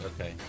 Okay